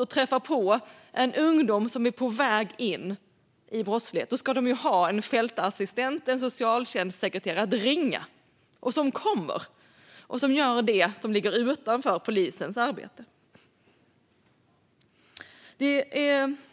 När de träffar på en ung människa som är på väg in i brottslighet ska de ha en fältassistent eller en socialsekreterare att ringa som kommer och gör det som ligger utanför polisens arbete.